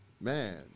man